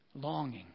Longing